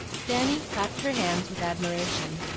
fanny clapped her hands with admiration,